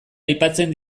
aipatzen